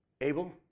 Abel